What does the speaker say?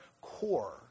core